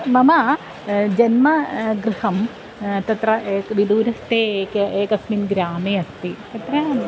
मम जन्म गृहं तत्र एकं विदुरस्ते कः एकः एकस्मिन् ग्रामे अस्ति तत्र